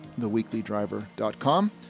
theweeklydriver.com